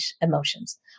emotions